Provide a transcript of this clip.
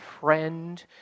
friend